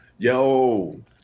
yo